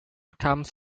comes